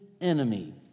enemy